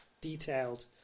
detailed